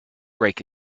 break